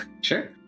Sure